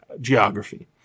geography